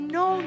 no